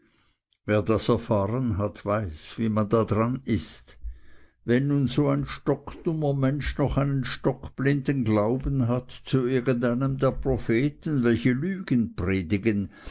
wer das erfahren hat weiß wie man da dran ist wenn nun so ein stockdummer mensch noch einen stockblinden glauben hat zu irgend einem der propheten welche lügen